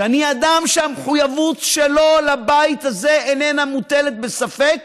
שאני אדם שהמחויבות שלו לבית הזה איננה מוטלת בספק,